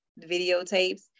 videotapes